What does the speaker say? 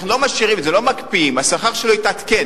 אנחנו לא משאירים, לא מקפיאים, השכר שלו יתעדכן.